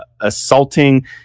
assaulting